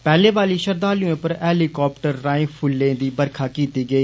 पैहलें बारी श्रद्दालुएं पर हैलीकाप्टरें राएं फुल्लें दी बरखा कीती गेई